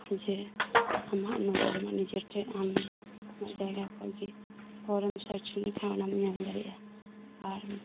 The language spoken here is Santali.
ᱡᱮ ᱟᱢᱟᱜ ᱱᱚᱰᱮ ᱟᱢᱟᱜ ᱱᱤᱡᱮᱴᱷᱮᱱ ᱟᱢ ᱟᱢᱟᱜ ᱡᱟᱭᱜᱟ ᱠᱷᱚᱱ ᱜᱮ ᱦᱚᱨᱮᱢ ᱥᱟᱨᱪ ᱞᱮᱠᱷᱟᱱ ᱚᱱᱟᱢ ᱧᱮᱞ ᱫᱟᱲᱮᱭᱟᱜᱼᱟ ᱟᱨ